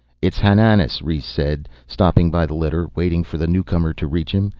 it's hananas, rhes said, stopping by the litter, waiting for the newcomer to reach him.